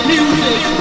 Music